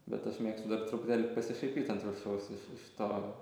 bet aš mėgstu dar truputėlį pasišaipyt ant viršaus iš iš to